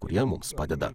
kurie mums padeda